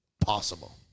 possible